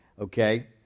Okay